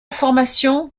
formation